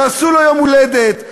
תעשו לו יום הולדת,